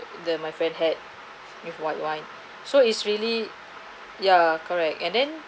the my friend had with white wine so is really ya correct and then